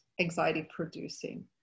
anxiety-producing